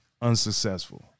unsuccessful